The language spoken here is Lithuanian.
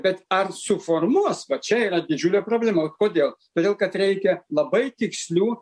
bet ar suformuos va čia yra didžiulė problema kodėl todėl kad reikia labai tikslių